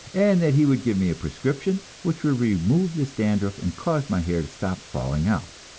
and that he would give me a prescription which would remove this dandruff and cause my hair to stop falling out.